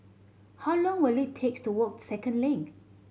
how long will it takes to walk Second Link